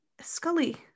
scully